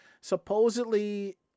supposedly